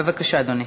בבקשה, אדוני.